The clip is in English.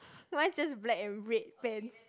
mine's just black and red pants